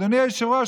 אדוני היושב-ראש,